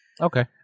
Okay